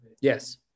Yes